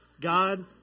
God